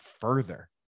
further